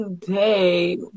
today